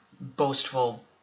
boastful